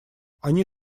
они